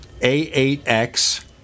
A8X